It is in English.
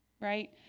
right